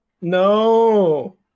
No